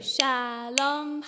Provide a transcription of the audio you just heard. Shalom